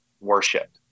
worship